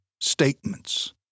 statements